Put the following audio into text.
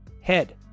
head